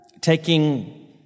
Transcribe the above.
taking